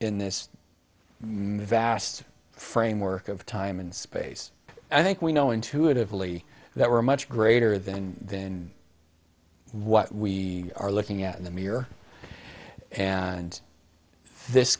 in this movie asked framework of time and space i think we know intuitively that we're much greater than in what we are looking at in the mirror and this